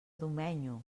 domenyo